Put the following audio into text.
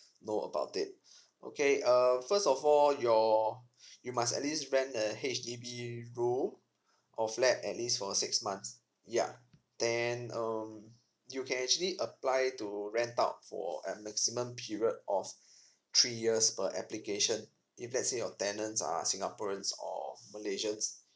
know about it okay err first of all your you must at least rent a H_D_B room or flat at least for six months ya then um you can actually apply to rent out for a maximum period of three years per application if let's say your tenants are singaporeans or malaysians